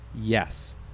Yes